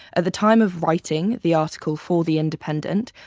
at the time of writing the article for the independent,